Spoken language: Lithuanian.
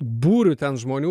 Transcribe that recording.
būriu ten žmonių